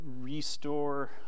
restore